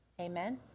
Amen